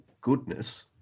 goodness